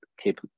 keep